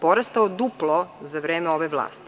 porastao duplo za vreme ove vlasti.